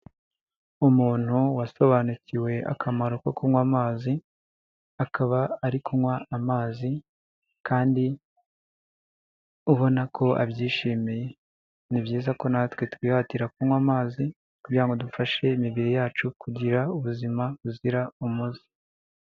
Umuntu wasobanukiwe akamaro ko kunywa amazi, akaba ari kunywa amazi kandi ubona ko abyishimiye. Ni byiza ko natwe twihatira kunywa amazi kugira ngo dufashe imibiri yacu kugira ubuzima buzira umuze.